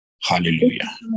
hallelujah